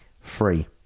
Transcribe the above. free